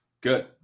Good